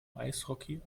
eishockey